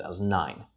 2009